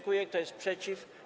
Kto jest przeciw?